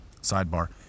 Sidebar